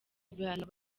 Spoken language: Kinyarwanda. ibihano